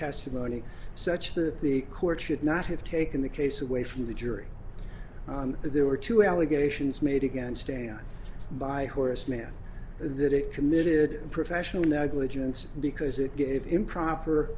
testimony such that the court should not have taken the case away from the jury there were two allegations made against dan by horace mann that it committed professional negligence because it gave improper